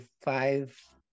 five